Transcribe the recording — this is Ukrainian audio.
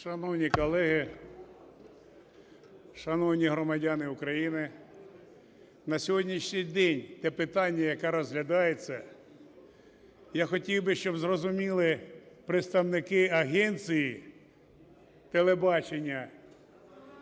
Шановні колеги! Шановні громадяни України! На сьогоднішній день те питання, яке розглядається, я хотів би, щоб зрозуміли представники агенції телебачення,